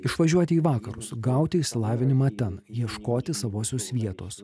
išvažiuoti į vakarus gauti išsilavinimą ten ieškoti savosios vietos